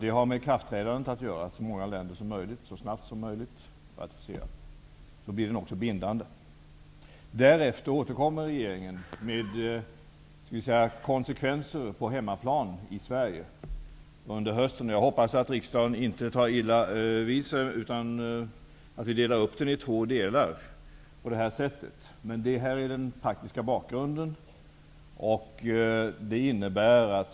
Det har med ikraftträdandet att göra, att så många länder som möjigt så snabbt som möjligt ratificerar. Då blir konventionen också bindande. Därefter återkommer regeringen under hösten med behandlingen av konsekvenserna på hemmaplan i Sverige. Jag hoppas att riksdagen inte tar illa vid sig av att vi delar upp propositionen i två delar på det här sättet. Men det här är den faktiska bakgrunden.